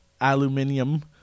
Aluminium